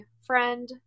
friend